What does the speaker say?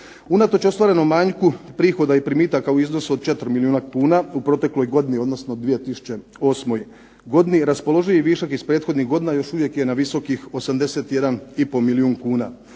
Unatoč ostvarenom manjku prihoda i primitaka u iznosu od 4 milijuna kuna u protekloj godini, odnosno 2008. godini. Raspoloživi višak iz prethodnih godina još uvijek je na visokih 81 i pol milijun kuna.